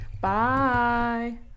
bye